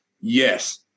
Yes